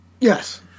Yes